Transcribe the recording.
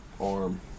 arm